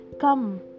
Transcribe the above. Come